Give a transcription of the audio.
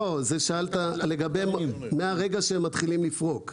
לא, שאלת מהרגע שמתחילים לפרוק.